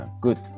good